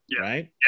right